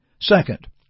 Second